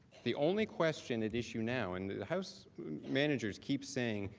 the only question at issue now, and the house managers keep saying,